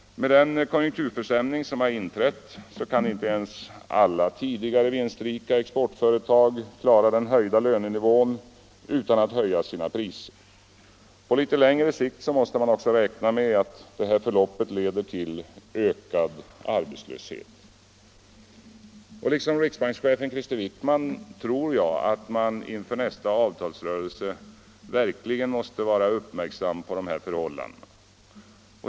Med den konjunkturförsämring som inträtt kan inte ens alla tidigare vinstrika exportföretag klara den höjda lönenivån utan att höja sina priser. På litet längre sikt måste man också räkna med att det här förloppet leder till ökad arbetslöshet. Liksom riksbankschefen Krister Wickman tror jag att man inför nästa avtalsrörelse verkligen måste vara uppmärksam på de här förhållandena.